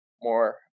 more